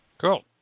Cool